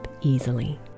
easily